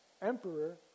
emperor